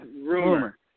rumor